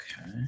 okay